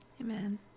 Amen